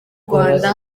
rwanda